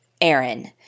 Aaron